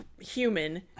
human